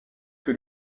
que